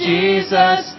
Jesus